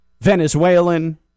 Venezuelan